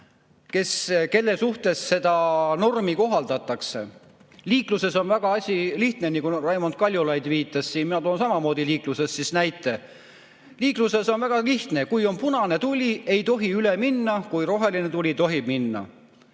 kelle suhtes seda normi kohaldatakse. Liikluses on asi väga lihtne, nagu Raimond Kaljulaid viitas. Mina toon samamoodi liiklusest näite. Liikluses on väga lihtne: kui on punane tuli, ei tohi üle minna, kui on roheline tuli, tohib minna.